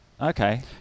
Okay